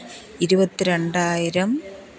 ഇരുപത്തിരണ്ടായിരം